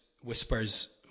whispers